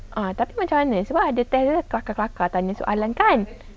ah tapi macam mana sebab test dia kelakar kelakar tanya soalan kan